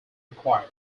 required